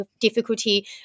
difficulty